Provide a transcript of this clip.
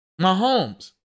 Mahomes